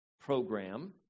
program